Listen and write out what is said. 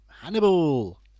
Hannibal